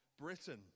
Britain